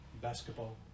Basketball